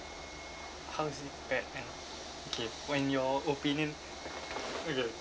how is it bad and okay when your opinion okay